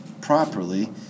properly